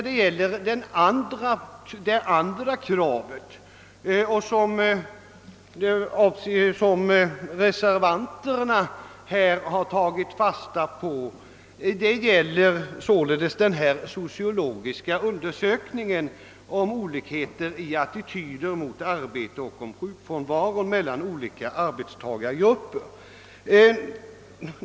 Det andra kravet, som reservanterna har tagit fasta på, gäller den sociologiska undersökningen av olikheter i attityder till arbete och sjukfrånvaro mellan olika arbetstagargrupper.